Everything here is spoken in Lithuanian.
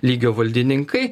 lygio valdininkai